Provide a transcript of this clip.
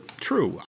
true